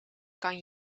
kan